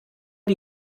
die